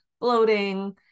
bloating